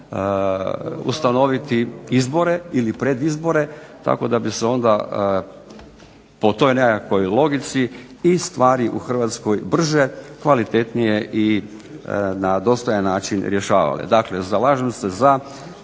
ustanoviti izbore ili predizbore, tako da bi se onda po toj nekakvoj logici i stvari u Hrvatskoj brže, kvalitetnije i na dostojan način rješavale.